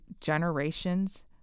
generations